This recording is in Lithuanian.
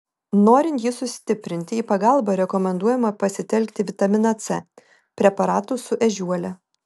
norint jį sustiprinti į pagalbą rekomenduojama pasitelkti vitaminą c preparatus su ežiuole